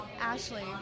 Ashley